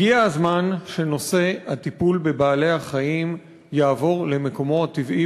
הגיע הזמן שנושא הטיפול בבעלי-החיים יעבור למקומו הטבעי,